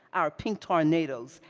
our pink tornadoes,